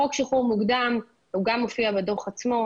חוק שחרור מוקדם הוא גם מופיע בדוח עצמו,